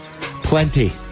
Plenty